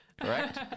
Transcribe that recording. Correct